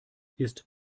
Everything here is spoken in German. ist